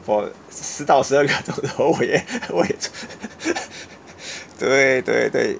for 十到十二个小时 对对对